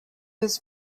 was